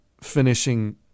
finishing